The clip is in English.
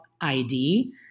ID